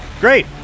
Great